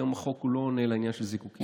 היום החוק לא עונה על העניין של זיקוקים,